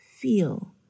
feel